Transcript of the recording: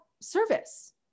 service